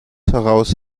heraus